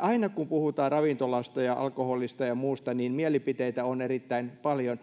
aina kun puhutaan ravintolasta ja alkoholista ja ja muusta niin mielipiteitä on erittäin paljon